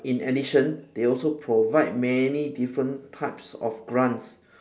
in addition they also provide many different types of grants